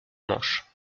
manche